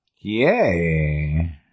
Yay